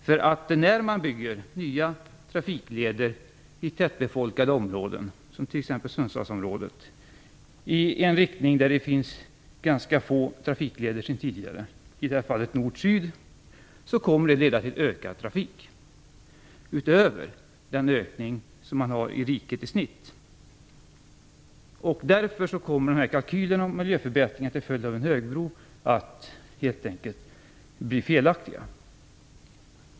Byggandet av nya trafikleder i tättbefolkade områden, t.ex. i Sundsvallsområdet, i en riktning där det sedan tidigare finns ganska få trafikleder - i det här fallet i nord-sydlig riktning - kommer att leda till en ökad trafik, utöver vad som gäller för riket i snitt. Därför kommer kalkylerna över miljöförbättringar till följd av en högbro helt enkelt att bli felaktiga.